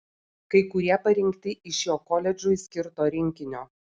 kai kurie parinkti iš jo koledžui skirto rinkinio